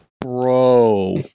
bro